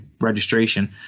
registration